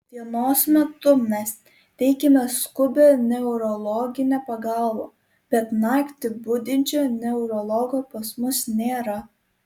dienos metu mes teikiame skubią neurologinę pagalbą bet naktį budinčio neurologo pas mus nėra